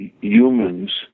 humans